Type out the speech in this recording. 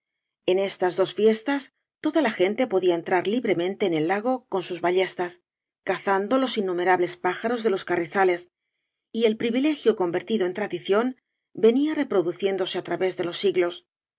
en estas dos fiestas toda la gente podía entrar libremente en el lago con sus barestas cazando los innumerables pájaros de los carrizales y el privilegio convertido en tradición venía reproduciéndose á través de los siglos